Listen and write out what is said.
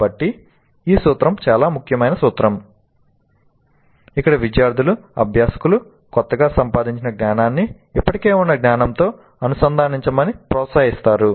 కాబట్టి ఈ సూత్రం చాలా ముఖ్యమైన సూత్రం ఇక్కడ విద్యార్థులు అభ్యాసకులు కొత్తగా సంపాదించిన జ్ఞానాన్ని ఇప్పటికే ఉన్న జ్ఞానంతో అనుసంధానించమని ప్రోత్సహిస్తారు